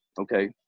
Okay